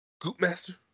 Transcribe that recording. Goopmaster